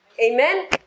Amen